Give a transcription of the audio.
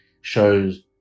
shows